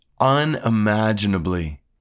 unimaginably